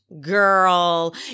Girl